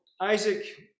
Isaac